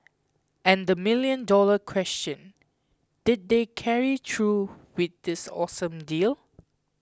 and the million dollar question did they carry through with this awesome deal